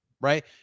Right